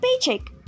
paycheck